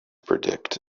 predict